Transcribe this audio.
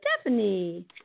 Stephanie